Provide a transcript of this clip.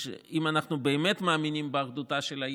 אם אנחנו באמת מאמינים באחדותה של העיר,